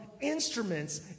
instruments